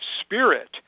spirit